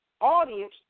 audience